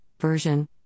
version